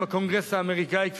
גם עם הקונגרס האמריקני,